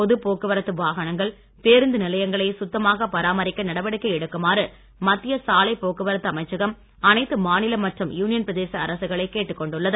பொதுப் போக்குவரத்து வாகனங்கள் பேருந்து நிலையங்களை சுத்தமாக பராமரிக்க நடவடிக்கை எடுக்குமாறு மத்திய சாலை போக்குவரத்து அமைச்சகம் அனைத்து மாநில மற்றும் யூனியன் பிரதேச அரசுகளை கேட்டுக் கொண்டுள்ளது